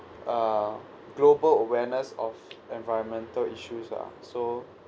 uh global awareness of environmental issues lah so